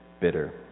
bitter